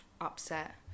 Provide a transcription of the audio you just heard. upset